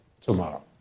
tomorrow